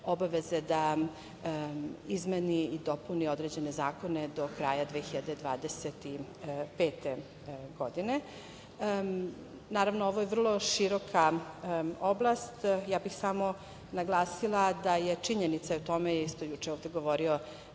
obaveze da izmeni i dopuni određene zakone do kraja 2025. godine. Naravno ovo je vrlo široka oblast, ja bih samo naglasila da je činjenica i o tome je juče govorio